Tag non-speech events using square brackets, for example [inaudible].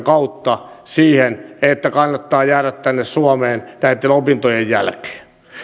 [unintelligible] kautta siihen että kannattaa jäädä tänne suomeen näitten opintojen jälkeen